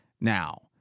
now